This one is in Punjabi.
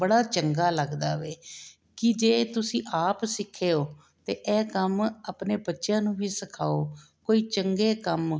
ਬੜਾ ਚੰਗਾ ਲੱਗਦਾ ਵੇ ਕੀ ਜੇ ਤੁਸੀਂ ਆਪ ਸਿੱਖੇ ਓ ਤੇ ਐਹ ਕੰਮ ਆਪਣੇ ਬੱਚਿਆਂ ਨੂੰ ਵੀ ਸਿਖਾਓ ਕੋਈ ਚੰਗੇ ਕੰਮ